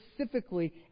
specifically